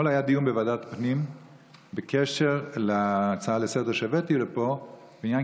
אתמול היה דיון בוועדת הפנים בקשר להצעה לסדר-היום שהבאתי לפה בעניין